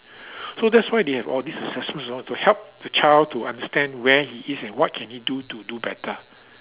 so that's why they have all these assessments and all to help the child to understand where he is and what he can do to do better